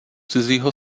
cizího